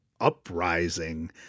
uprising